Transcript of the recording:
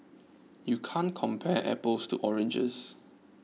you can't compare apples to oranges